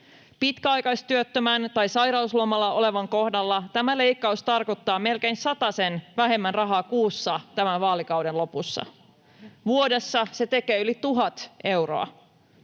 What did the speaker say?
Pitkäaikaistyöttömän tai sairauslomalla olevan kohdalla tämä leikkaus tarkoittaa melkein satasen vähemmän rahaa kuussa tämän vaalikauden lopussa. [Aino-Kaisa Pekonen: Kamalaa!]